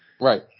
right